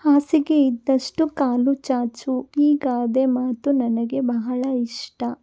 ಹಾಸಿಗೆ ಇದ್ದಷ್ಟು ಕಾಲು ಚಾಚು ಈ ಗಾದೆ ಮಾತು ನನಗೆ ಬಹಳ ಇಷ್ಟ